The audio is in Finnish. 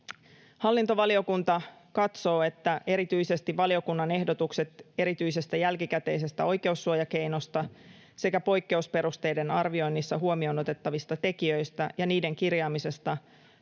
Hallintovaliokunta katsoo, että erityisesti valiokunnan ehdotukset erityisestä jälkikäteisestä oikeussuojakeinosta sekä poikkeusperusteiden arvioinnissa huomioon otettavista tekijöistä ja niiden kirjaamisesta